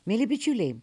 mieli bičiuliai